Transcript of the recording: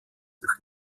nach